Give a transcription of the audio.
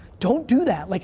don't do that. like